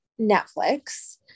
Netflix